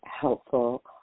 helpful